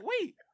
wait